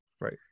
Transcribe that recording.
Right